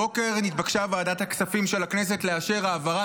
הבוקר נתבקשה ועדת הכספים של הכנסת לאשר העברה